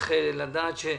לדעת,